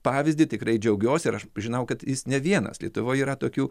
pavyzdį tikrai džiaugiuosi ir aš žinau kad jis ne vienas lietuvoj yra tokių